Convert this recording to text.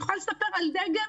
אני יכולה לספר על דגם